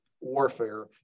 warfare